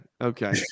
okay